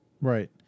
Right